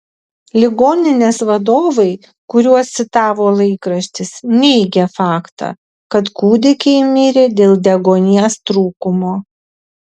ligoninės vadovai kuriuos citavo laikraštis neigė faktą kad kūdikiai mirė dėl deguonies trūkumo